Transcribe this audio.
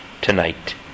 tonight